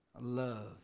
love